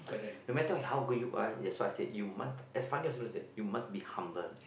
no matter how good you are that's what said you must as Fandi and Sundram said you must be humble